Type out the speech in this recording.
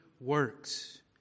works